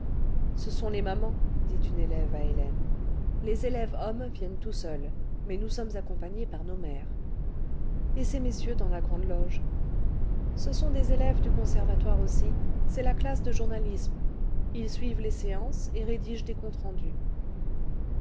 ce sont les mamans dit une élève à hélène les élèves hommes viennent tout seuls mais nous sommes accompagnées par nos mères et ces messieurs dans la grande loge ce sont des élèves du conservatoire aussi c'est la classe de journalisme ils suivent les séances et rédigent des comptes rendus